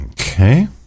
Okay